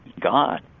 God